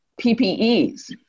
PPEs